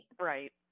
Right